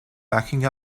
backing